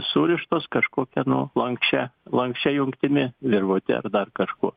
surištos kažkokia nu lanksčia lanksčia jungtimi virvute ar dar kažkuo